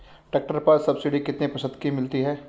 Tractor पर subsidy कितने प्रतिशत मिलती है?